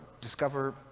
discover